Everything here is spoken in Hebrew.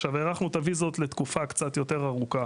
עכשיו, הארכנו את הויזות לתקופה קצת יותר ארוכה